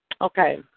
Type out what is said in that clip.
Okay